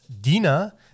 Dina